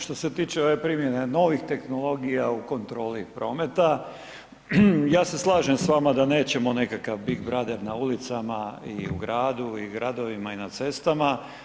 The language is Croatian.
Što se tiče ove primjene novih tehnologija u kontroli prometa, ja se slažem s vam ada nećemo nekakav big brother na ulicama i u gradu i u gradovima i na cestama.